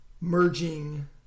merging